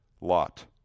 Lot